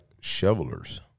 shovelers